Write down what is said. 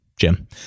Jim